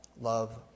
love